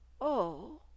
Oh